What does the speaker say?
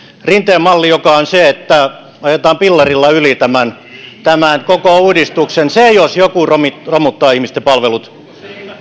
rinteen malli joka on se että ajetaan fillarilla yli tämän tämän koko uudistuksen se jos joku romuttaa ihmisten palvelut